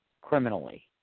criminally